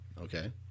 Okay